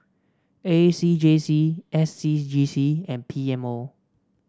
A C J C S C G C and P M O